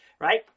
right